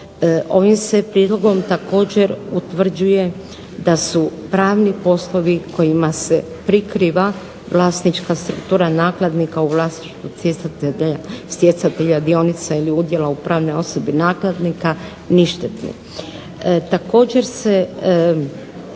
Ovim se prijedlogom također utvrđuje da su pravni poslovi kojima se prikriva vlasnička struktura nakladnika u vlasništvu stjecatelja dionica ili udjela u pravnoj osobi nakladnika ništetni.